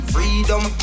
Freedom